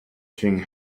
king